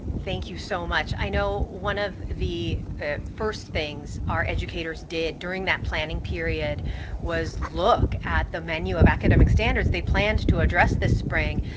thank you so much. i know one of the first things our educators did during that planning period was look at the menu of academic standards they planned to address this spring,